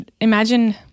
imagine